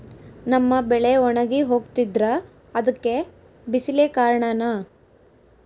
ನಮ್ಮ ಬೆಳೆ ಒಣಗಿ ಹೋಗ್ತಿದ್ರ ಅದ್ಕೆ ಬಿಸಿಲೆ ಕಾರಣನ?